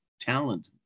talent